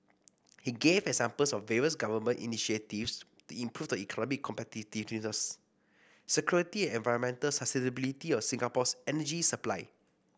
he gave examples of various government initiatives to improve the economic competitiveness security and environmental sustainability of Singapore's energy supply